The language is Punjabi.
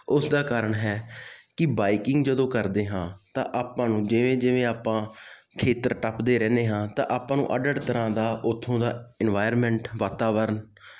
ਉਸਦਾ ਕਾਰਨ ਹੈ ਕਿ ਬਾਈਕਿੰਗ ਜਦੋਂ ਕਰਦੇ ਹਾਂ ਤਾਂ ਆਪਾਂ ਨੂੰ ਜਿਵੇਂ ਜਿਵੇਂ ਆਪਾਂ ਖੇਤਰ ਟੱਪਦੇ ਰਹਿੰਦੇ ਹਾਂ ਤਾਂ ਆਪਾਂ ਨੂੰ ਅੱਡ ਅੱਡ ਤਰ੍ਹਾਂ ਦਾ ਉੱਥੋਂ ਦਾ ਇਨਵਾਇਰਮੈਂਟ ਵਾਤਾਵਰਨ